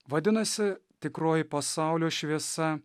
vadinasi tikroji pasaulio šviesa